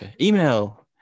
email